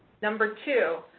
number two,